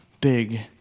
big